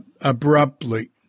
abruptly